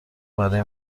برای